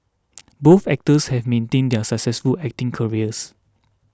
both actors have maintained their successful acting careers